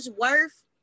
worth